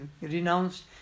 renounced